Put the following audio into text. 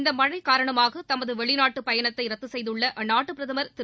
இந்த மழை காரணமாக தமது வெளிநாட்டு பயணத்தை ரத்து செய்துள்ள அந்நாட்டு பிரதம் திரு